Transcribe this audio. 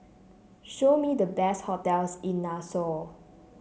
show me the best hotels in Nassau